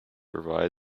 revised